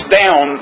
down